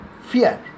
fear